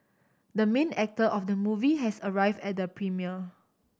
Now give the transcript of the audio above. the main actor of the movie has arrived at the premiere